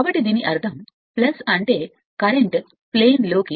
కాబట్టి దీని అర్థం అంటే కరెంట్ ప్రవేశించడం మీరు సమతలం అని పిలుస్తారు